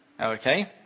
okay